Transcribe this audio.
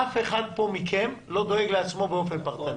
אף אחד פה מכם לא דואג לעצמו באופן פרטני.